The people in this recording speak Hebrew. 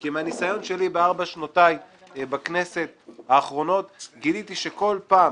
כי מהניסיון שלי בארבע שנותיי בכנסת גיליתי שכל פעם